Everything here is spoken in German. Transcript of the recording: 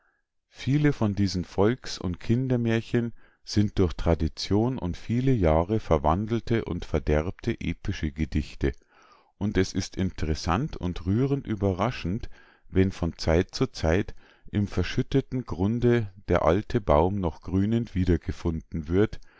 viele von diesen volks und kindermährchen sind durch tradition und viele jahre verwandelte und verderbte epische gedichte und es ist interessant und rührend überraschend wenn von zeit zu zeit im verschütteten grunde der alte baum noch grünend wiedergefunden wird